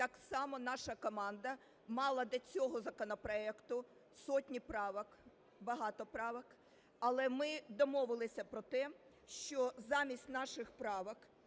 так само наша команда мала до цього законопроекту сотні правок, багато правок. Але ми домовилися про те, що замість наших правок